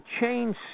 change